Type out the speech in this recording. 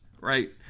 right